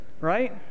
right